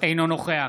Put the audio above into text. אינו נוכח